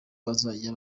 bazajya